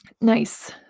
Nice